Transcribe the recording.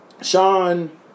Sean